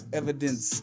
evidence